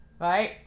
right